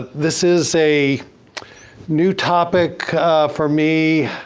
this is a new topic for me.